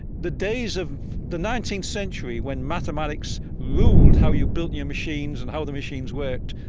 the days of the nineteenth century, when mathematics ruled how you built your machines and how the machines worked,